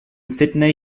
sydney